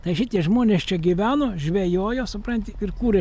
tai šitie žmonės čia gyveno žvejojo supranti ir kūrė